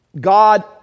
God